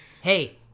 Hey